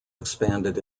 expanded